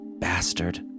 bastard